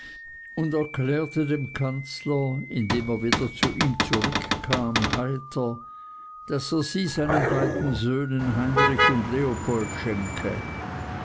und erklärte dem kanzler indem er wieder zu ihm zurückkam heiter daß er sie seinen beiden söhnen heinrich und leopold schenke